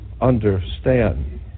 understand